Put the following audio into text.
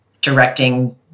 directing